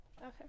Okay